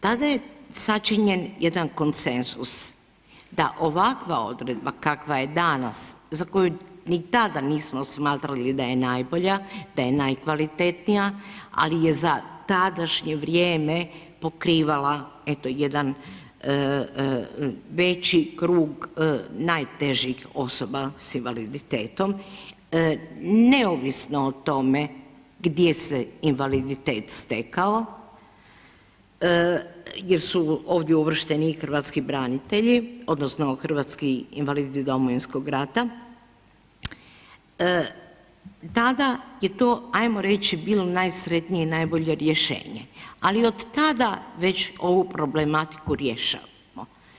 Tada je sačinjen jedan konsenzus da ovakva odredba kakva je danas za koju ni tada nismo smatrali da je najbolja, da je najkvalitetnija, ali je za tadašnje vrijeme pokrivala jedan veći krug najtežih osoba sa invaliditetom neovisno o tome gdje se invaliditet stekao jer su ovdje uvršteni i hrvatski branitelji odnosno invalidi Domovinskog rata, tada je to ajmo reći bilo najsretnije i najbolje rješenje, ali od tada već ovu problematiku rješavamo.